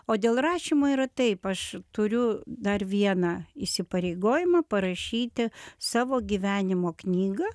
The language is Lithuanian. o dėl rašymo yra taip aš turiu dar vieną įsipareigojimą parašyti savo gyvenimo knygą